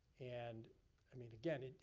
and i mean again,